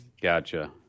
Gotcha